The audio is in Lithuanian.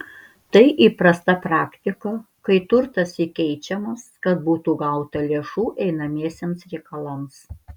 tai įprasta praktika kai turtas įkeičiamas kad būtų gauta lėšų einamiesiems reikalams